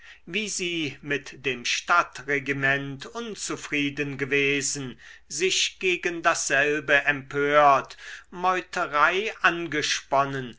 wie sie mit dem stadtregiment unzufrieden gewesen sich gegen dasselbe empört meuterei angesponnen